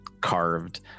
carved